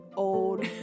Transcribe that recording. old